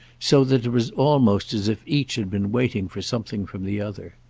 so that it was almost as if each had been waiting for something from the other.